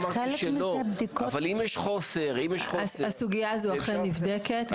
אבל אם יש חוסר --- הסוגיה הזאת אכן נבדקת,